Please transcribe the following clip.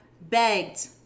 begged